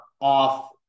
off